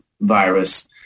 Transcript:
virus